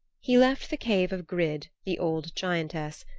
he left the cave of grid, the old giantess,